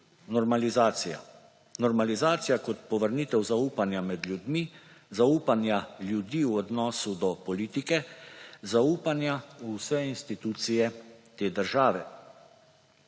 normalizacija kot povrnitev zaupanja med ljudmi, zaupanja ljudi v odnosu do politike, zaupanja v vse institucije te države.